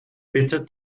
bitte